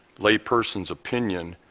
layperson's opinion,